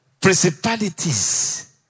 principalities